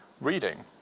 reading